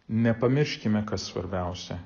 nepamirškime kas svarbiausia